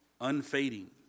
unfading